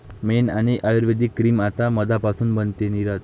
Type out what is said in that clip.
मेण आणि आयुर्वेदिक क्रीम आता मधापासून बनते, नीरज